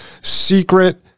secret